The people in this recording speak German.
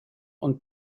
und